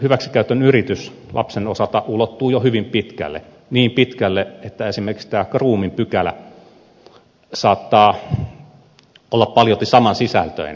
seksuaalisen hyväksikäytön yritys lapsen osalta ulottuu jo hyvin pitkälle niin pitkälle että esimerkiksi tämä grooming pykälä saattaa olla paljolti samansisältöinen